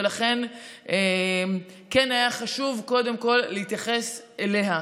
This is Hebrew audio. ולכן כן היה חשוב קודם כול להתייחס אליה.